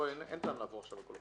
אין טעם לעבור עכשיו על כל הפקודות.